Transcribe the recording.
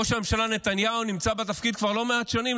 ראש הממשלה נתניהו נמצא בתפקיד כבר לא מעט שנים,